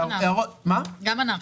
גם אנחנו.